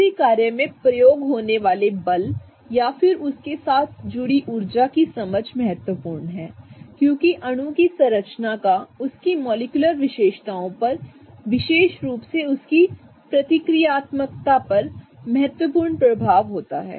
किसी कार्य में प्रयोग होने वाले बल या फिर उसके साथ जुड़ी ऊर्जा की समझ महत्वपूर्ण है क्योंकि अणु की संरचना का उसकी मॉलिक्यूलर विशेषताओं पर विशेष रुप से उसकी प्रतिक्रियात्मकता पर महत्वपूर्ण प्रभाव होता है